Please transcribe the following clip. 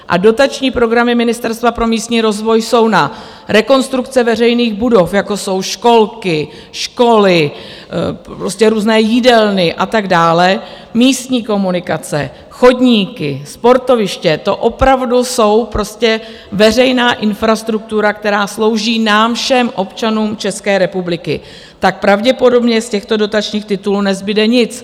A dotační programy Ministerstva pro místní rozvoj jsou na rekonstrukce veřejných budov, jako jsou školky, školy, různé jídelny a tak dále, místní komunikace, chodníky, sportoviště, to opravdu je veřejná infrastruktura, která slouží nám všem, občanům České republiky, tak pravděpodobně z těchto dotačních titulů nezbude nic.